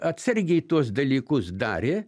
atsargiai tuos dalykus darė